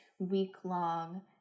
week-long